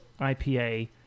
IPA